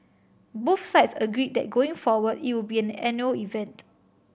both sides agreed that going forward it would be an annual event